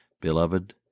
beloved